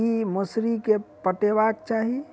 की मौसरी केँ पटेबाक चाहि?